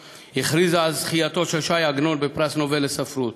הכריזה על זכייתו של ש"י עגנון בפרס נובל לספרות.